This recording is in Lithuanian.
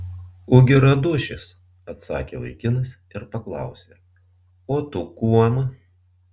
ugi radušis atsakė vaikinas ir paklausė o tu kuom